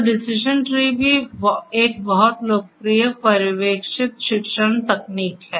तो decision tree भी एक बहुत लोकप्रिय पर्यवेक्षित शिक्षण तकनीक है